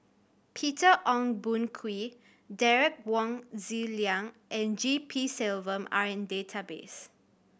Peter Ong Boon Kwee Derek Wong Zi Liang and G P Selvam are in database